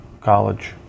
college